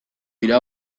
dira